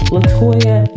Latoya